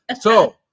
So-